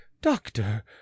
doctor